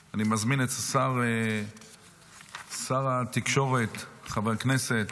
אני מזמין את שר התקשורת חבר הכנסת